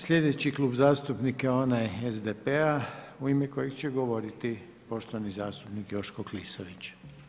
Slijedeći Klub zastupnika je onaj SDP-a u ime kojeg će govoriti poštovani zastupnik Joško Klisović.